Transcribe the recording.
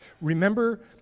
Remember